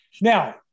Now